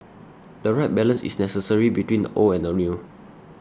the right balance is necessary between the old and the new